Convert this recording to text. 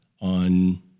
on